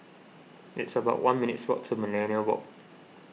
it's about one minutes' walk to Millenia Walk